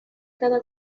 cada